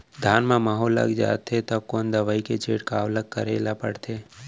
धान म माहो लग जाथे त कोन दवई के छिड़काव ल करे ल पड़थे?